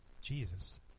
Jesus